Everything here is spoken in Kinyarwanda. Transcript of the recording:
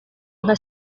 nka